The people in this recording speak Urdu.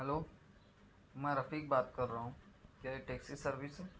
ہیلو میں رفیق بات کر رہا ہوں کیا یہ ٹیکسی سروس ہے